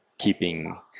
keeping